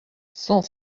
cent